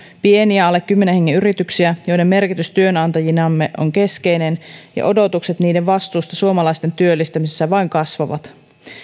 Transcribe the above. pieniä alle kymmenen hengen yrityksiä joiden merkitys työnantajinamme on keskeinen ja odotukset niiden vastuusta suomalaisten työllistämisessä vain kasvavat